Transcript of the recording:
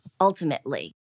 ultimately